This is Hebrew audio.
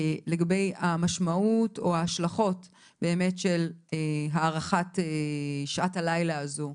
לגבי המשמעות או ההשלכות באמת של הארכת שעת הלילה הזו,